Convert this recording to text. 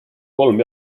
kolm